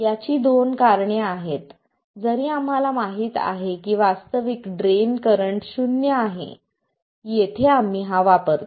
याची दोन कारणे आहेत जरी आम्हाला माहित आहे की वास्तविक ड्रेन करंट शून्य आहे येथे आम्ही हा वापरतो